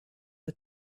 had